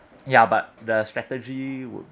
ya but the strategy would